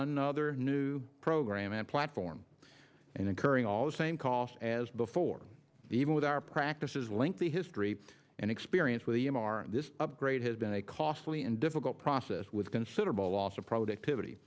another new program and platform and incurring all the same cost as before even with our practices lengthy history and experience with e m r this upgrade has been a costly and difficult process with considerable loss of productivity